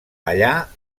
allà